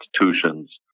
institutions